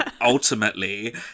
Ultimately